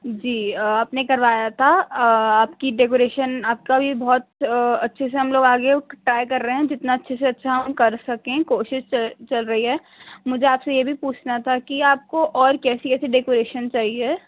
جی آپ نے کروایا تھا آپ کی ڈیکوریشن آپ کا بھی بہت اچھے سے ہم لوگ آگے اور ٹرائی کر رہے ہیں کتنا اچھے سے اچھا ہم کر سکیں کوشش چل رہی ہے مجھے آپ سے یہ بھی پوچھنا تھا کہ آپ کو اور کیسی کیسی ڈیکوریشن چاہیے